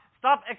Stop